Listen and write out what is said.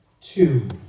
Two